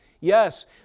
Yes